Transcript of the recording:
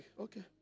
Okay